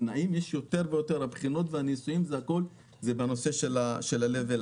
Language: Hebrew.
הבחינות והניסויים הם עדיין ברכבים ברמה